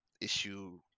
issue